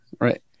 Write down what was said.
Right